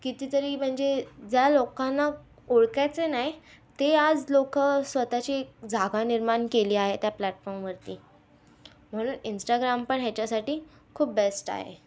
कितीतरी म्हणजे ज्या लोकांना ओळखायचे नाही ते आज लोकं स्वत ची जागा निर्माण केली आहे त्या प्लॅटफॉमवरती म्हणून इंस्टाग्राम पण ह्याच्यासाठी खूप बेस्ट आहे